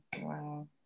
Wow